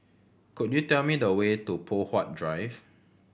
could you tell me the way to Poh Huat Drive